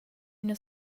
üna